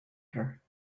her